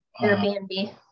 Airbnb